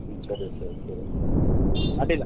ಹ್ಞೂ ಸರಿ ಸರಿ ಸರಿ ಹ್ಞೂ ಅಡ್ಡಿಯಿಲ್ಲ